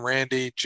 Randy